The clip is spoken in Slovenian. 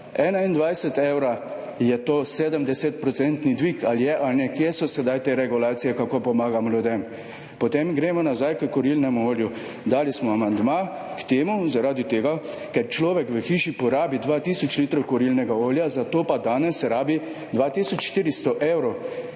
1,21 evra, je to 70 % dvig. Ali je ali ne? Kje so sedaj te regulacije kako pomagamo ljudem? Potem gremo nazaj h kurilnemu olju. Dali smo amandma k temu zaradi tega, ker človek v hiši porabi 2 tisoč litrov kurilnega olja, za to pa danes rabi 2 tisoč 400 evrov.